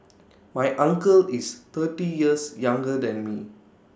my uncle is thirty years younger than me